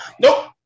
nope